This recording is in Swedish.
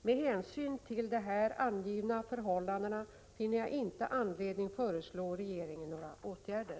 Med hänsyn till de här angivna förhållandena finner jag inte anledning föreslå regeringen några åtgärder.